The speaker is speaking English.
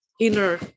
inner